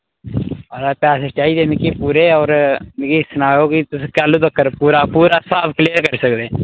अ पैसे चाहिदे मिगी पूरे होर मिगी सनाएओ कि तुस कल तकर पूरा पूरा स्हाब क्लीयर करी सकदे